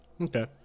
Okay